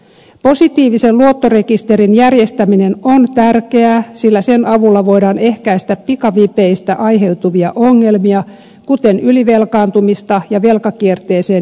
positiivisen luottorekisterin järjestäminen on tärkeää sillä sen avulla voidaan ehkäistä pikavipeistä aiheutuvia ongelmia kuten ylivelkaantumista ja velkakierteeseen joutumista